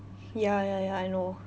ya ya ya I know